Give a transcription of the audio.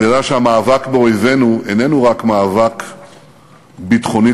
הוא הראה שהמאבק באויבינו איננו רק מאבק ביטחוני-צבאי,